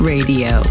Radio